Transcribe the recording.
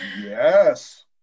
yes